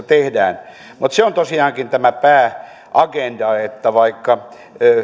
tehdään mutta se on tosiaankin tämä pääagenda että vaikka